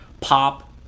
pop